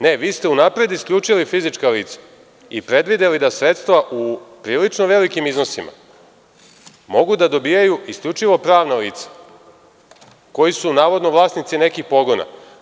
Ne, vi ste unapred isključili fizička lica i predvideli da sredstva u prilično velikim iznosima mogu da dobijaju isključivo pravna lica koji su, navodno, vlasnici nekih pogona.